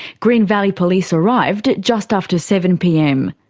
green valley police arrived just after seven pm.